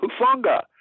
Hufunga